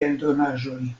eldonaĵoj